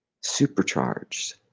supercharged